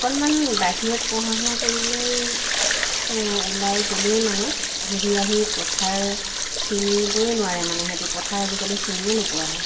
অকণমান বাহিৰত পঢ়া শুনা কৰিলেই ওলাই গ'লেই মানে ঘূৰি আহি পথাৰ চিনিবই নোৱাৰে মানে সিহঁতি পথাৰ আজিকালি চিনিয়ে নোপোৱা হয়